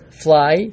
fly